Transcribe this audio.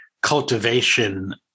cultivation